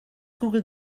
google